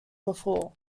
before